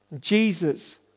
Jesus